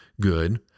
good